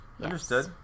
Understood